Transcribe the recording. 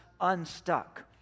unstuck